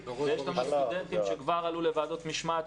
יש סטודנטים שכבר עלו לוועדות משמעת,